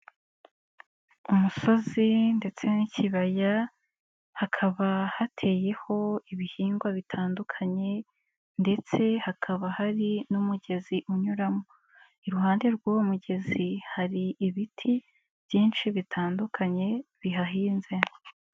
Umusozi ndetse n'ikibaya hakaba hateyeho ibihingwa bitandukanye ndetse hakaba hari n'umugezi unyuramo, iruhande rw'uwo mugezi hari ibiti byinshi bitandukanye bihahinze.